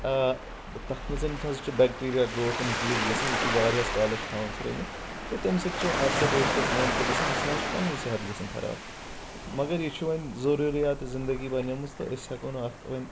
آ تتھ منٛز حظ چھِ بیٚکٹیرا گروتھ انکیرز گژھان یُتھٕے واریاہس کالس چھِ تھاوان سُہ رٔنِتھ پتہٕ تمہِ سۭتۍ چھِ اکثر بیشتر کٲم کیاہ حظ گژھان انسانس چھُ پَننُے صحت کیاہ گژھان خراب مگر یہِ چھ وۄنۍ ضروریات زنٛدگی بنیمٕژ تہٕ أسۍ ہیٚکو نہٕ اتھ وۄنۍ